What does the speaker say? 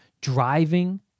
driving